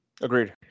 Agreed